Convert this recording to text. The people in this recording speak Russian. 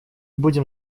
будем